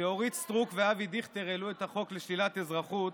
כשאורית סטרוק ואבי דיכטר העלו את החוק לשלילת אזרחות